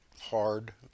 hard